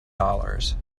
dollars